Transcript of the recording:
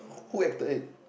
who acted it